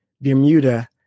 Bermuda